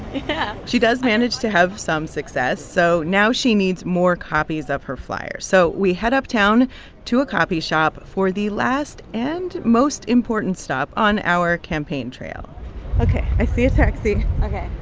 yeah she does manage to have some success. so now she needs more copies of her flyer. so we head uptown to a copy shop for the last and most important stop on our campaign trail ok. i see a taxi ok